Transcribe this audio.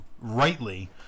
rightly